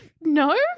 No